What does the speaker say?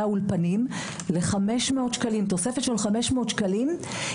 האולפנים לתוספת של 500 שקלים